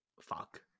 fuck